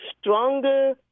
stronger